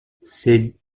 ces